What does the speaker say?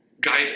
Guide